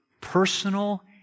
personal